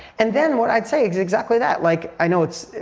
and then what i'd say is exactly that, like, i know it's,